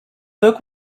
book